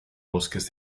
bosques